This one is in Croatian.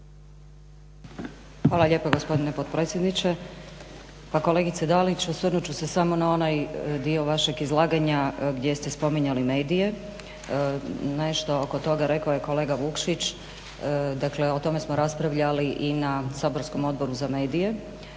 Hvala lijepa gospodine potpredsjedniče. Pa kolegice Dalić, osvrnut ću se samo na onaj dio vašeg izlaganja gdje ste spominjali medije. Nešto oko toga rekao je kolega Vukšić. Dakle, o tome smo raspravljali i na saborskom Odboru za medije